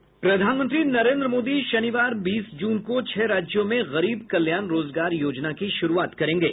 प्रधानमंत्री नरेन्द्र मोदी शनिवार बीस जून को छह राज्यों में गरीब कल्याण रोजगार योजना की शुरूआत करेंगे